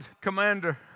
commander